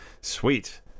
Sweet